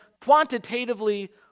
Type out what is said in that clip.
quantitatively